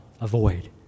avoid